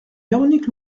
véronique